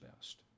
best